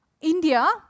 India